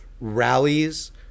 rallies